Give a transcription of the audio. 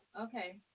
Okay